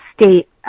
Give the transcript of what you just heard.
state